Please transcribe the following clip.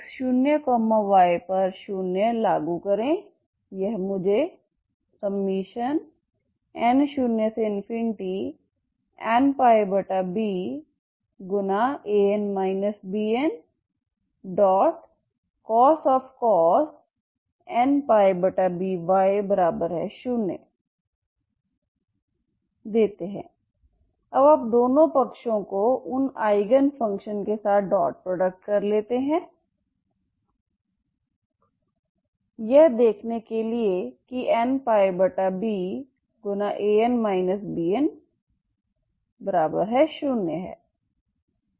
0y0 लागू करें यह मुझे n0nπbAn Bncos nπby 0 अब आप दोनों पक्षों को उन आईगन फंक्शन के साथ एक डॉट प्रोडक्ट लेते हैं यह देखने के लिए कि nπbAn Bn0 है